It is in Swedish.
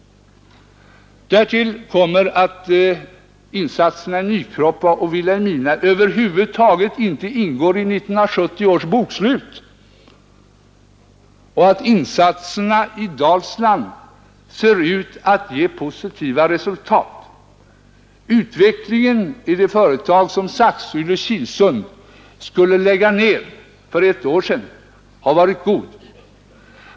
Därtill kommer att insatserna i Nykroppa och Vilhelmina över huvud taget inte ingår i 1970-års bokslut och att insatserna i Stigen i Dalsland ser ut att ge positivt resultat. Utvecklingen i det företag som Saxylle-Kilsund skulle lägga ned för ett år sedan har varit god.